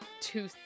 two